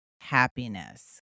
happiness